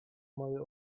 moje